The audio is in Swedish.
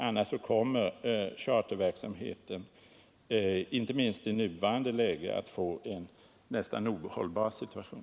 Annars kommer charterverksamheten, inte minst i nuvarande läge, att få en nästan ohållbar situation.